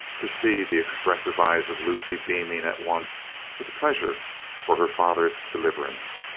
to see the expressive eyes of lucy beaming at once with pleasure for her father's deliverance,